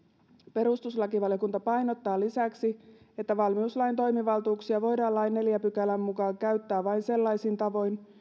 perustuslakivaliokunta painottaa lisäksi että valmiuslain toimivaltuuksia voidaan lain neljännen pykälän mukaan käyttää vain sellaisin tavoin